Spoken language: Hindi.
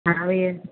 हाँ भैया